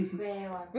prepare [one]